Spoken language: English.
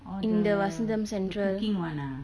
in the vasantham central